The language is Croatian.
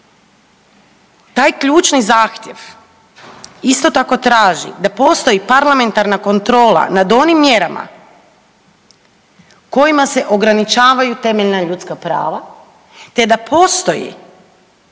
Taj ključni zahtjev isto tako traži da postoji parlamentarna kontrola nad onim mjerama kojima se ograničavaju temeljna ljudska prava te da postoji